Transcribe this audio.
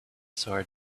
sword